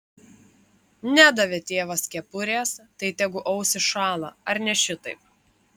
nedavė tėvas kepurės tai tegu ausys šąla ar ne šitaip